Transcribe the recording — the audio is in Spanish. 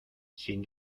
sin